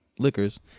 Liquors